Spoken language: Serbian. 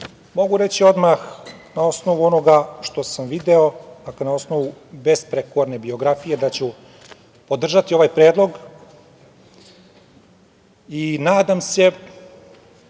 mogu reći odmah na osnovu onoga što sam video, dakle na osnovu besprekorne biografije, da ću podržati ovaj predlog i nadam se